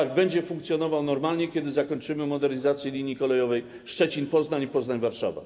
Tak, będzie funkcjonował normalnie, kiedy zakończymy modernizację linii kolejowej Szczecin - Poznań i Poznań - Warszawa.